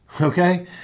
Okay